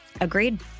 Agreed